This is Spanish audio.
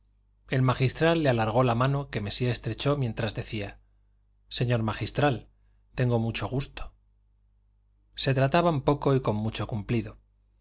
el magistral le alargó la mano que mesía estrechó mientras decía señor magistral tengo mucho gusto se trataban poco y con mucho cumplido